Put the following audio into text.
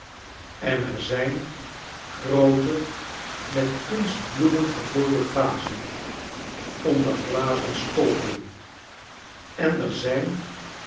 en er zijn groote met kunstbloemen gevulde vazen onder glazen stolpen en er zijn